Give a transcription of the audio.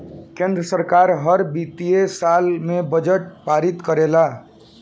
केंद्र सरकार हर वित्तीय साल में बजट पारित करेले